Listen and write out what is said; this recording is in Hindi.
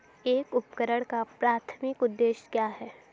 एक उपकरण का प्राथमिक उद्देश्य क्या है?